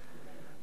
אתה יודע,